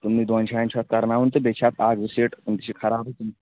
یِمنٕے دۅن جایَن چھُ اتھ کرناوُن تہٕ بیٚیہ چھُ اتھ اَکھ زٕ سیٖٹہٕ تِم تہِ چھِ خراب